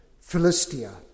Philistia